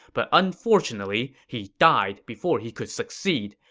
but unfortunately he died before he could succeed.